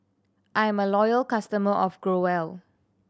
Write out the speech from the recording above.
I'm a loyal customer of Growell